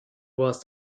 warst